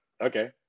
okay